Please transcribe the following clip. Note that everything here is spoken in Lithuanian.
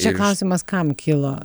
čia klausimas kam kilo